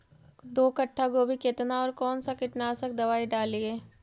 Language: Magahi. दो कट्ठा गोभी केतना और कौन सा कीटनाशक दवाई डालिए?